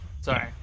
sorry